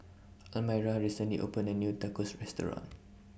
Almyra recently opened A New Tacos Restaurant